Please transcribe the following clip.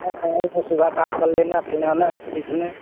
उतना टाइम है सुबह काम कल लेना फिन आना सीखने